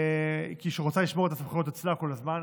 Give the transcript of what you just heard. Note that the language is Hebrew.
כי היא רוצה לשמור את הסמכויות אצלה כל הזמן,